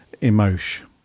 emotion